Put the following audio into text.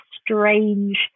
strange